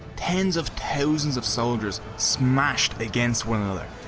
tens of thousands of soldiers smashed against one another,